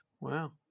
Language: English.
Wow